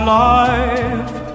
life